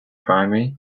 primary